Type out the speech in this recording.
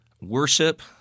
worship